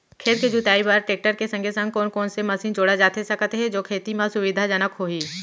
खेत के जुताई बर टेकटर के संगे संग कोन कोन से मशीन जोड़ा जाथे सकत हे जो खेती म सुविधाजनक होही?